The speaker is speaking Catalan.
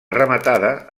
rematada